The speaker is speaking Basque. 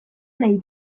nahi